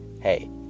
hey